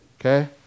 Okay